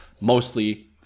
Mostly